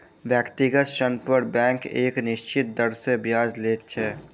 व्यक्तिगत ऋण पर बैंक एक निश्चित दर सॅ ब्याज लैत छै